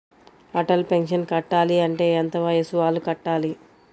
Atal pension కట్టాలి అంటే ఎంత వయసు వాళ్ళు కట్టాలి?